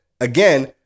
again